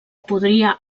podria